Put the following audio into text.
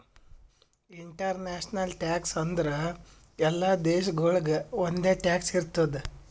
international tax ಅಂದುರ್ ಎಲ್ಲಾ ದೇಶಾಗೊಳಿಗ್ ಒಂದೆ ಟ್ಯಾಕ್ಸ್ ಇರ್ತುದ್